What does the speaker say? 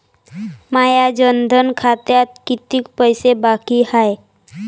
माया जनधन खात्यात कितीक पैसे बाकी हाय?